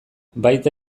baita